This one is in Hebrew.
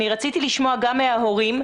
אני רציתי לשמוע גם מההורים,